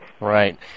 Right